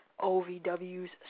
OVW's